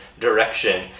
direction